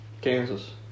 Kansas